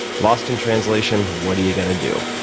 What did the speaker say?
lost in translation. what are you gonna do?